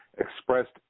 expressed